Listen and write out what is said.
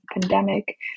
pandemic